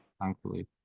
Thankfully